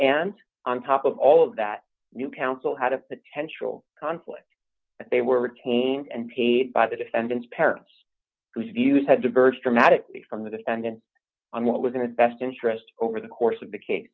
and on top of all of that new counsel had a potential conflict if they were retained and paid by the defendant's parents whose views had diverge dramatically from the defendant on what was in the best interest over the course of